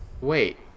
Wait